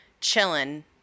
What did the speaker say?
chilling